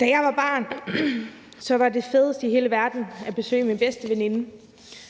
Da jeg var barn, var det fedeste i hele verden at besøge min bedste veninde,